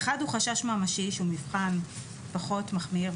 האחת היא חשש ממשי שהוא מבחן פחות מחמיר,